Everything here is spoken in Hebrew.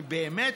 באמת,